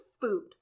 food